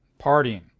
partying